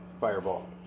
fireball